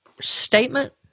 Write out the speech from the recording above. statement